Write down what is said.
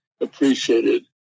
Appreciated